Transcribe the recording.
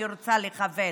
אני רוצה לכוון,